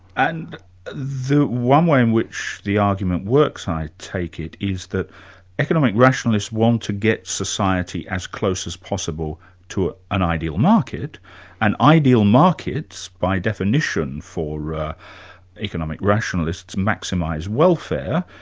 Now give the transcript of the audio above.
and one one way in which the argument works i take it, is that economic rationalists want to get society as close as possible to an ideal market and ideal markets, by definition, for economic rationalists, maximise welfare.